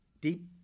deep